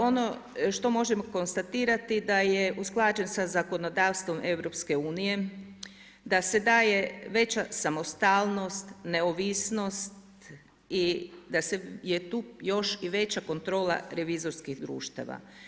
Ono što možemo konstatirati da je usklađen sa zakonodavstvom EU, da se daje veća samostalnost, neovisnost i da je tu još i veća kontrola revizorskih društava.